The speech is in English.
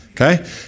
Okay